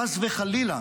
חס וחלילה,